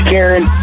Karen